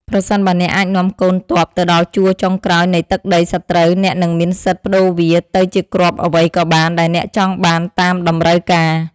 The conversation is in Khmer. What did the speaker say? ប្រសិនបើអ្នកអាចនាំកូនទ័ពទៅដល់ជួរចុងក្រោយនៃទឹកដីសត្រូវអ្នកនឹងមានសិទ្ធិប្តូរវាទៅជាគ្រាប់អ្វីក៏បានដែលអ្នកចង់បានតាមតម្រូវការ។